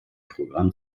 programm